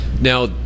Now